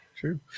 true